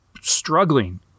struggling